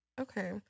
okay